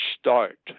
start